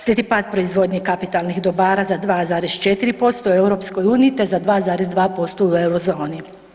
Slijedi pad proizvodnje kapitalnih dobara za 2,4% u EU te za 2,2 u Euro zoni.